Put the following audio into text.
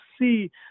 see